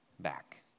Back